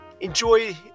enjoy